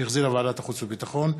שהחזירה ועדת החוץ והביטחון.